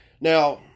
Now